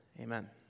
amen